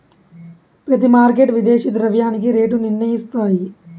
ప్రతి మార్కెట్ విదేశీ ద్రవ్యానికి రేటు నిర్ణయిస్తాయి